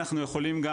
אנחנו יכולים גם ,